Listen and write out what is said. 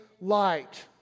light